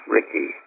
Ricky